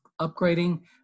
upgrading